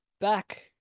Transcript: Back